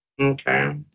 Okay